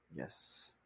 Yes